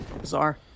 Bizarre